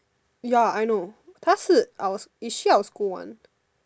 ya I know 她是 our is she our school one